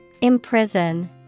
Imprison